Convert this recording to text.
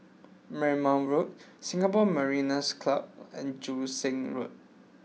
Marymount Road Singapore Mariners' Club and Joo Seng Road